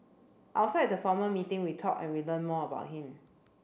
outside the formal meeting we talked and we learnt more about him